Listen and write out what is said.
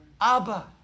Abba